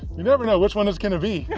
never know which one it's going to be.